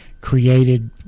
created